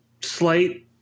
slight